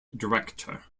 director